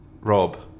Rob